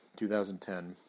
2010